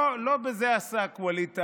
לא בזה עסק ווליד טאהא,